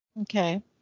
Okay